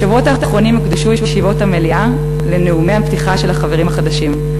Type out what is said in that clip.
בשבועות האחרונים הוקדשו ישיבות המליאה לנאומי הפתיחה של החברים החדשים,